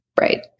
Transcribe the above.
Right